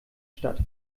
statt